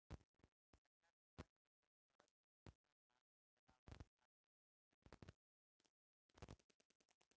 दुर्घटना बीमा के अंदर सड़क दुर्घटना आ जलावल आ कई लेखा के दुर्घटना के बीमा होला